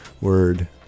word